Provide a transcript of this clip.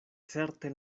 certe